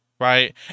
right